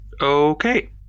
Okay